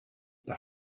par